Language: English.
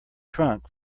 trunk